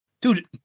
Dude